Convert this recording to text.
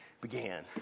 began